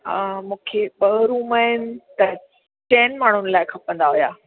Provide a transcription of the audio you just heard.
मूंखे ॿ रूम आहिनि त चईंनि माण्हुनि लाइ खपंदा हुआ